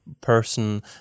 person